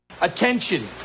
Attention